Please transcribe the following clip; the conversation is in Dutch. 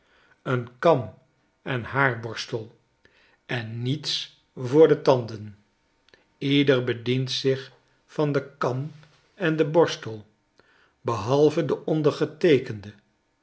een kam en haarborstel en niets voor de tanden ieder bedient zich van de kam en den borstel behalve de